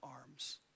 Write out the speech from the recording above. arms